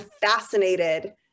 fascinated